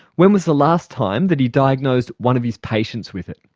when was the last time that he diagnosed one of his patients with it?